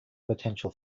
potential